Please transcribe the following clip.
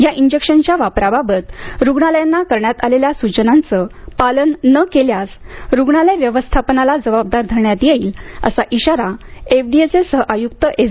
ह्या इंजेक्शनच्या वापराबाबत रुग्णालयांना करण्यात आलेल्या सूचनांचं पालन न केल्यास रुग्णालय व्यवस्थापनाला जबाबदार धरण्यात येईल असा इशारा एफ डी ए चे सहआयुक्त एस